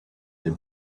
the